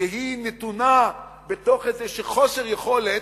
כשהיא נתונה בתוך איזה חוסר יכולת,